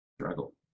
struggle